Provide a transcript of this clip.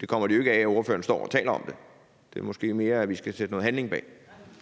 det kommer de jo ikke af, at ordføreren står og taler om det. Det er måske mere, at vi skal sætte noget handling bag.